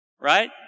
Right